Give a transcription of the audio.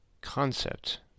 concept